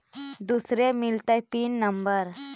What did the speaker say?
दुसरे मिलतै pin number?